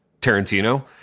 Tarantino